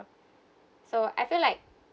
so I feel like